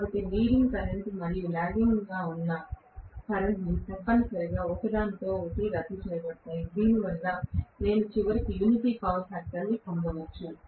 కాబట్టి leading current మరియు lagging ఉన్న కరెంట్ తప్పనిసరిగా ఒకదానితో ఒకటి రద్దు చేయబడతాయి దీనివల్ల నేను చివరికి యూనిటీ పవర్ ఫాక్టర్ ని పొందవచ్చు